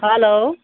hello